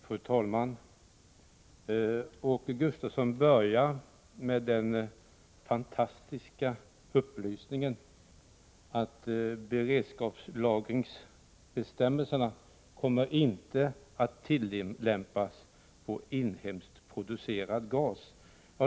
Fru talman! Åke Gustavsson började med att lämna den fantastiska upplysningen att beredskapslagringsbestämmelserna inte kommer att tilläm pas på inhemskt producerad gas.